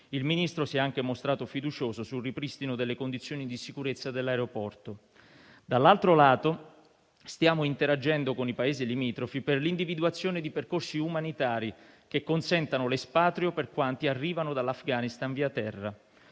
Il Ministro si è anche mostrato fiducioso sul ripristino delle condizioni di sicurezza dell'aeroporto. Dall'altro lato, stiamo interagendo con i Paesi limitrofi per l'individuazione di percorsi umanitari che consentano l'espatrio per quanti arrivano dall'Afghanistan via terra.